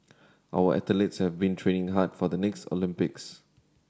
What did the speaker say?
our athletes have been training hard for the next Olympics